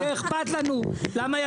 יש לנו